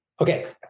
Okay